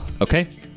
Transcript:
Okay